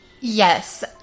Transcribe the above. Yes